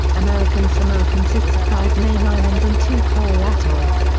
american samoa consists of five main islands and two coral atolls.